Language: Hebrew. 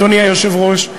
אדוני היושב-ראש,